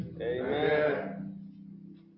Amen